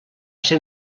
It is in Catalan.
ser